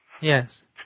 Yes